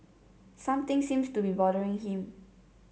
something seems to be bothering him